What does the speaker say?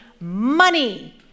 money